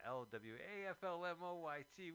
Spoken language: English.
l-w-a-f-l-m-o-y-t